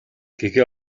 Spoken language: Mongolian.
гэгээ